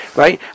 right